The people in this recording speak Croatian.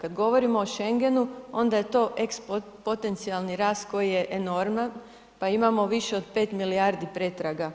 Kad govorimo o Schengenu ona je to ex potencijalni rast koji je enorman, pa imamo više od 5 milijardi pretraga,